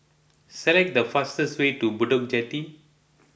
select the fastest way to Bedok Jetty